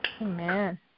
Amen